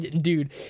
dude